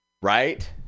Right